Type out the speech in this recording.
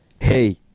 hey